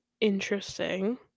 interesting